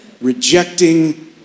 rejecting